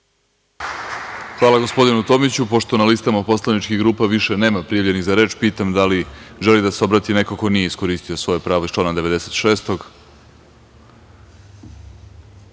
Zahvaljujem. Pošto na listama poslaničkih grupa više nema prijavljenih za reč, pitam da li želi da se obrati neko ko nije iskoristio svoje pravo iz člana 96?